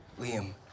liam